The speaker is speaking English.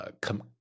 come